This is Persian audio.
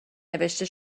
نوشته